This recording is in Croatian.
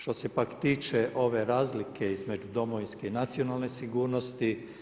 Što se pak tiče ove razlike između domovinske i nacionalne sigurnosti.